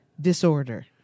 disorder